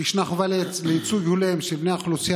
ישנה חובה לייצוג הולם של בני האוכלוסייה